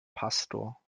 pastor